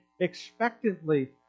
expectantly